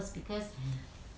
mmhmm